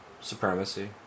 Supremacy